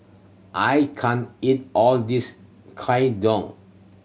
I can't eat all of this